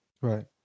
right